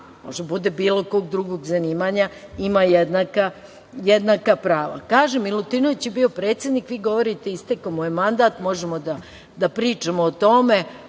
može da bude bilo kog drugog zanimanja, ima jednaka prava. Kažem, Milutinović je bio predsednik. Vi govorite istekao mu je mandat. Možemo da pričamo o tome,